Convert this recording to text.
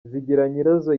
zigiranyirazo